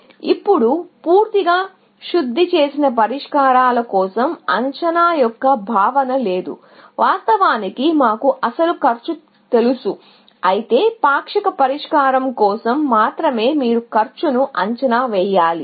ఇప్పుడు పూర్తిగా శుద్ధి చేసిన పరిష్కారాల కోసం అంచనా అనే భావనే లేదు వాస్తవానికి అసలు కాస్ట్ తెలుసు అయితే పాక్షిక పరిష్కారం కోసం మాత్రమే మీరు కాస్ట్ను అంచనా వేయాలి